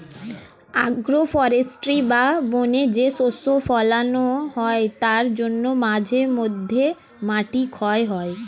agro forestry বা বনে যে শস্য ফোলানো হয় তার জন্য মাঝে মধ্যে মাটি ক্ষয় হয়